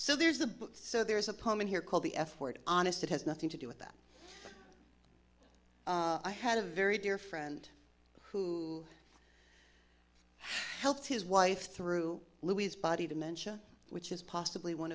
so there's a book so there's a poem in here called the f word honest it has nothing to do with that i had a very dear friend who helped his wife through louise body dementia which is possibly one